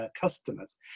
customers